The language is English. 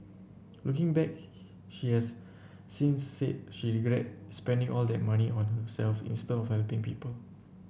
looking back she has since said she regret spending all that money on herself instead of helping people